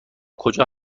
کجا